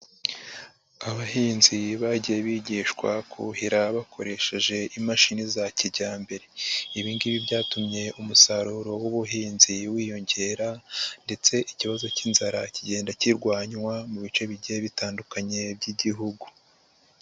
Abahinzi bagiye bigishwa kuhira bakoresheje imashini za kijyambere. Ibi ngibi byatumye umusaruro w'ubuhinzi wiyongera ndetse ikibazo cy'inzara kigenda kirwanywa mu bice bigiye bitandukanye by'igihugu.